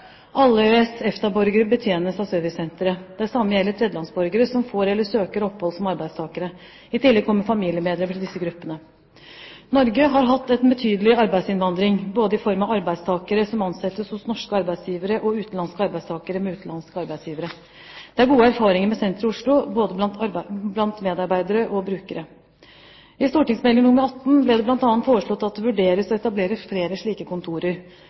Alle EØS/EFTA-borgere betjenes av servicesenteret. Det samme gjelder tredjelandsborgere som får eller søker opphold som arbeidstakere. I tillegg kommer familiemedlemmene til disse gruppene. Norge har hatt en betydelig arbeidsinnvandring, både i form av arbeidstakere som ansettes hos norske arbeidsgivere, og utenlandske arbeidstakere med utenlandske arbeidsgivere. Det er gode erfaringer med senteret i Oslo, både blant medarbeidere og brukere. I St.meld. nr. 18 for 2007–2008 ble det bl.a. foreslått at det vurderes å etablere flere slike kontorer.